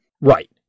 Right